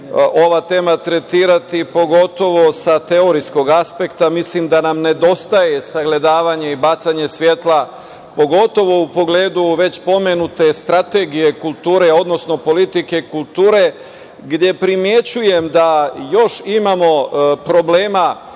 ova tema tretirati, pogotovo sa teorijskog aspekta. Mislim da nam nedostaje sagledavanje i bacanje svetla, pogotovo u pogledu već pomenute strategije kulture, odnosno politike kulture gde primenjujem da još imamo problema